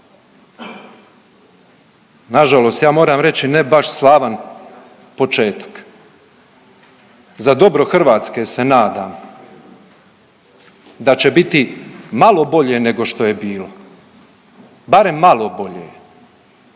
Nažalost ja moram reći ne baš slavan početak. Za dobro Hrvatske se nadam da će biti malo bolje nego što je bilo, barem malo bolje.